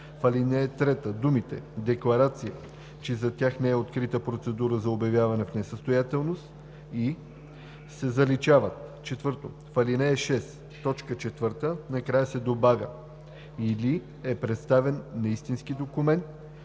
ал. 3 думите „декларация, че за тях не е открита процедура за обявяване в несъстоятелност, и“ се заличават. 4. В ал. 6, т. 4 накрая се добавя „или е представен неистински документ